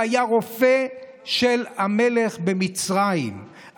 שהיה רופא של המלך במצרים,